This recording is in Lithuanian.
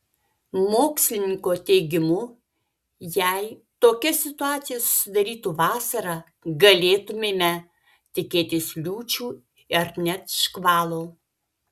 mokslininko teigimu jei tokia situacija susidarytų vasarą galėtumėme tikėtis liūčių ar net škvalo